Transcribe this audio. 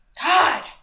God